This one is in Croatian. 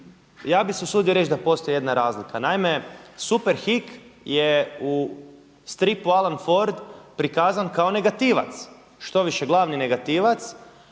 ja bi se usudio reći da postoji jedna razlika. Naime, Superhik je u stripu Alan Ford prikazan kao negativac, štoviše glavni negativac